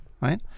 right